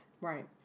Right